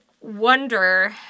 wonder